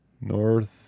North